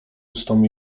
ustom